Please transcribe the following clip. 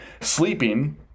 sleeping